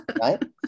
right